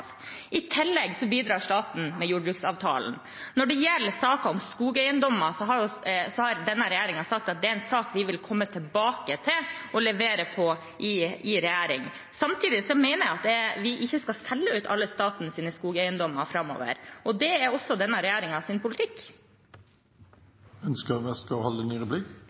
I tillegg bidrar staten med jordbruksavtalen. Når det gjelder saken om skogeiendommer, har denne regjeringen sagt at det er en sak vi vil komme tilbake til og levere på i regjering. Samtidig mener jeg at vi ikke skal selge ut alle statens skogeiendommer framover, og det er også denne